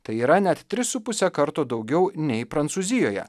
tai yra net tris su puse karto daugiau nei prancūzijoje